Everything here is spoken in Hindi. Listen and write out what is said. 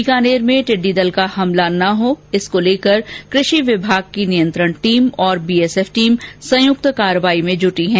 बीकानेर में टिड्डी दल का हमला न हो इसके लेकर कृषि विभाग की नियंत्रण टीम और बीएसएफ टीम संयुक्त कार्यवाही में जुटी है